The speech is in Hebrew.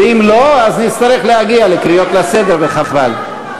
ואם לא, אז נצטרך להגיע לקריאות לסדר וחבל.